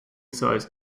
size